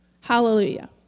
Hallelujah